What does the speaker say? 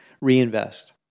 reinvest